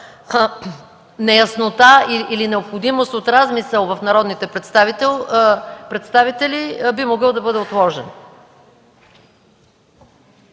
неяснота или необходимост от размисъл в народните представители, би могъл да бъде отложен.